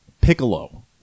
Piccolo